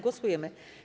Głosujemy.